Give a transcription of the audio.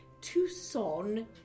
Tucson